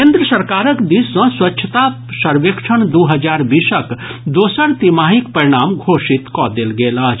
केन्द्र सरकारक दिस सँ स्वच्छता सर्वेक्षण दू हजार बीसक दोसर तिमाहीक परिणाम घोषित कऽ देल गेल अछि